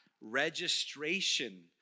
registration